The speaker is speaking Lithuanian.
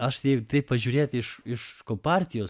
aš jei taip pažiūrėti iš iš kompartijos